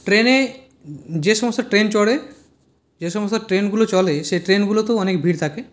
ট্রেনে যে সমস্ত ট্রেন চড়ে যে সমস্ত ট্রেনগুলো চলে সেই ট্রেনগুলোতেও অনেক ভিড় থাকে